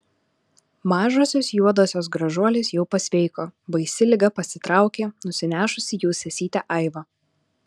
mažosios juodosios gražuolės jau pasveiko baisi liga pasitraukė nusinešusi jų sesytę aivą